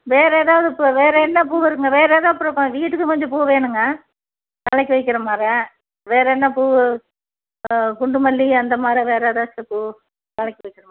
வேறு ஏதாவது பூ வேறு என்ன பூ இருக்கும் வேறு ஏதாவது அப்புறம் வீட்டுக்கும் கொஞ்சம் பூ வேணுங்க தலைக்கு வைக்கிற மாதிரி வேறு என்ன பூ குண்டு மல்லிகை அந்த மாதிரி வேறு ஏதாச்சும் பூ தலைக்கு வைக்கிற மாதிரி